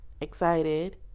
Excited